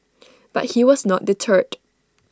but he was not deterred